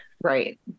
Right